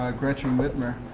ah gretchen whitmer,